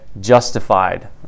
justified